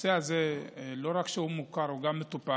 הנושא הזה, לא רק שהוא מוכר, הוא גם מטופל.